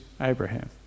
Abraham